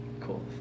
cool